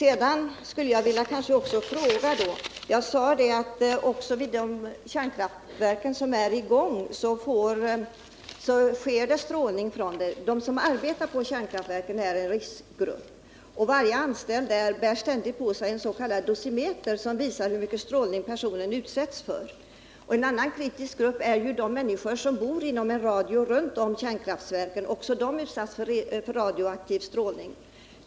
Jag sade att det förekommer strålning från de kärnkraftverk som är i normal drift. De som arbetar i kraftverken utgör därför en riskgrupp. Varje anställd bär ständigt på sig en s.k. dosimeter som visar hur stark strålning han eller hon är utsatt för. En annan utsatt grupp är de människor som bor på ett visst avstånd runt omkring kärnkraftverken. Också de utsätts för radioaktiv strålning.